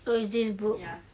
oh it's this book